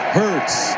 hurts